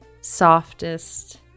softest